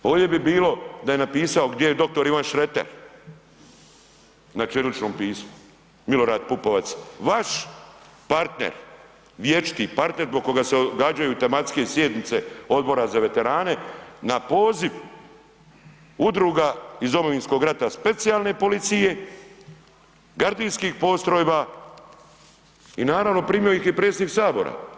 Bolje bi bilo da je napisao gdje je dr. Ivan Šreter na ćiriličnom pismu Milorad PUpovac vaš partner vječiti partner zbog koga se odgađaju tematske sjednice odbora za veterane na poziv udruga iz Domovinskog rata, Specijalne policije, gardijskih postrojba i naravno primio ih je predsjednik Sabora.